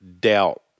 doubt